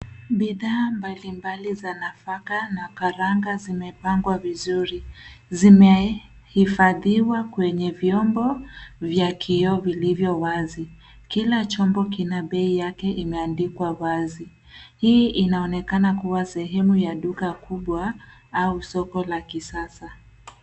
Bidhaa mbalimbali za nafaka na karanga zimepangwa vizuri. Zimehifadhiwa kwenye vyombo vya kioo vilivyo wazi. Kila chombo kina bei yake imeandikwa wazi. Hii inaonekana kuwa sehemu ya duka kubwa au soko la kisasa.